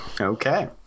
Okay